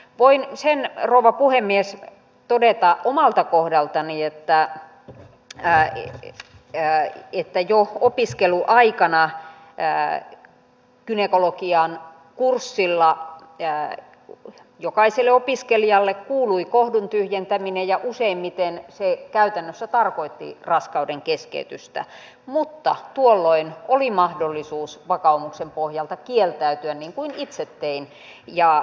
voin sen rouva puhemies todeta omalta kohdaltani että jo opiskeluaikana gynekologian kurssilla jokaiselle opiskelijalle kuului kohdun tyhjentäminen ja useimmiten se käytännössä tarkoitti raskaudenkeskeytystä mutta tuolloin oli mahdollisuus vakaumuksen pohjalta kieltäytyä niin kuin itse tein